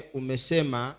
umesema